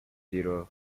zero